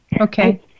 Okay